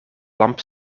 lamp